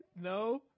No